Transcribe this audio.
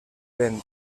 vent